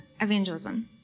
evangelism